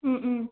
ம் ம்